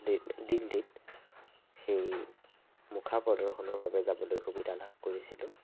দিল্লীত সেই মুখাৰ প্ৰদৰ্শনৰ বাবে যাবলৈ সুবিধা লাভ কৰিছিলোঁ